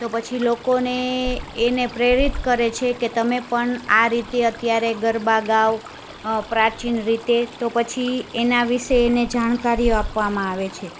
તો પછી લોકોને એને પ્રેરિત કરે છે કે તમે પણ આ રીતે અત્યારે ગરબા ગાઓ પ્રાચીન રીતે તો પછી એના વિશે એને જાણકારીઓ આપવામાં આવે છે